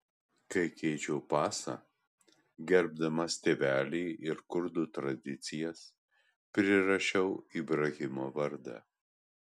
kai keičiau pasą gerbdamas tėvelį ir kurdų tradicijas prirašiau ibrahimo vardą